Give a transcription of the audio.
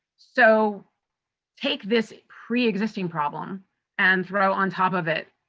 so take this pre-existing problem and throw on top of it,